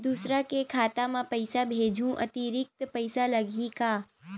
दूसरा के खाता म पईसा भेजहूँ अतिरिक्त पईसा लगही का?